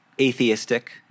atheistic